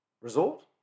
Resort